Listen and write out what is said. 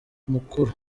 mukura